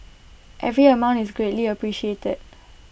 every amount is greatly appreciated